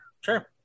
sure